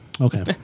Okay